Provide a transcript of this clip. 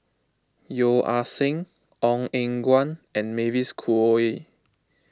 Yeo Ah Seng Ong Eng Guan and Mavis Khoo Oei